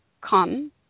come